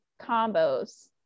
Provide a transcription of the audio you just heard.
combos